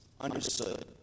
understood